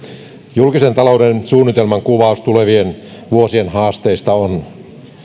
julkisen talouden suunnitelman kuvaus tulevien vuosien haasteista on